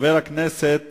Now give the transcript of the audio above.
חבר הכנסת